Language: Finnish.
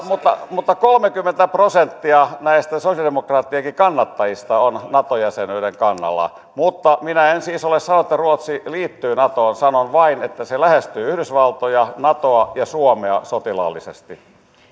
mutta mutta kolmekymmentä prosenttia näistä sosialidemokraattienkin kannattajista on nato jäsenyyden kannalla mutta minä en siis ole sanonut että ruotsi liittyy natoon sanon vain että se lähestyy yhdysvaltoja natoa ja suomea sotilaallisesti